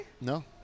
No